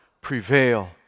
prevail